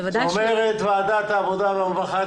זאת אומרת שוועדת העבודה הרווחה והבריאות